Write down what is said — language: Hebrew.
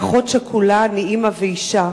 אני אחות שכולה, אני אמא ואשה.